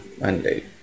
Monday